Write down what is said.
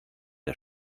der